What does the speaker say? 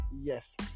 Yes